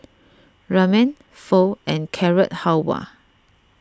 Ramen Pho and Carrot Halwa